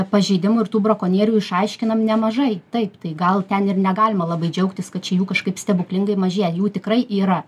pažeidimų ir tų brakonierių išaiškinam nemažai taip tai gal ten ir negalima labai džiaugtis kad čia jų kažkaip stebuklingai mažėja jų tikrai yra